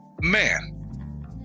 man